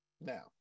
now